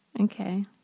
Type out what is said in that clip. Okay